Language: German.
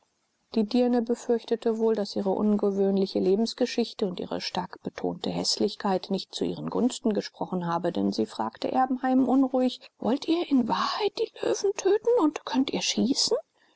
die dirne befürchtete wohl daß ihre ungewöhnliche lebensgeschichte und ihre stark betonte häßlichkeit nicht zu ihren gunsten gesprochen habe denn sie fragte erbenheim unruhig wollt ihr in wahrheit die löwen töten und könnt ihr schießen